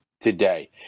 today